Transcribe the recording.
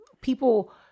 people